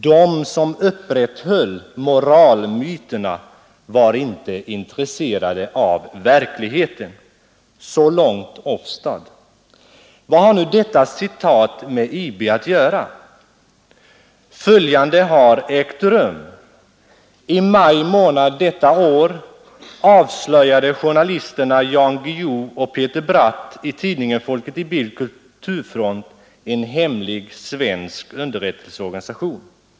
De som upprätthöll moralmyterna var inte intresserade av verkligheten.” Vad har nu detta citat med IB att göra? Följande har ägt rum: I maj månad detta år avslöjade journalisterna Jan Guillou och Peter Bratt i tidningen Folket i Bild/Kulturfront en hemlig svensk underrättelseorganisation.